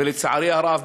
ולצערי הרב,